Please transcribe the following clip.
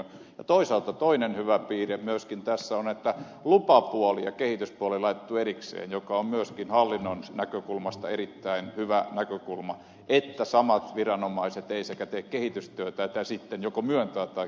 ja toisaalta toinen hyvä piirre myöskin tässä on että lupapuoli ja kehityspuoli on laitettu erikseen mikä on myöskin hallinnon näkökulmasta erittäin hyvä näkökulma että samat viranomaiset eivät sekä tee kehitystyötä ja sitten joko myöntävät tai kieltävät